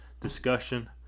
discussion